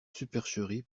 supercherie